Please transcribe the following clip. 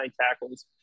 tackles